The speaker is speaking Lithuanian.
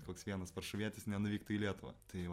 koks vienas varšuvietis nenuvyktų į lietuvą tai va